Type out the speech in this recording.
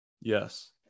Yes